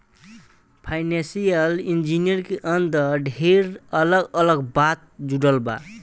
financial engineering के अंदर ढेरे अलग अलग बात जुड़ल बा